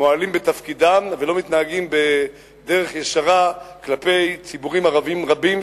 מועלים בתפקידם ולא מתנהגים בדרך ישרה כלפי ציבורים ערביים רבים,